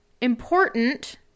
important